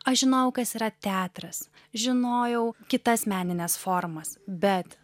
aš žinojau kas yra teatras žinojau kitas menines formas bet